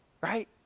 right